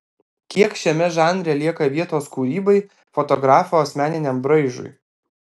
kiek šiame žanre lieka vietos kūrybai fotografo asmeniniam braižui